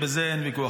בזה אין ויכוח.